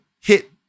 hit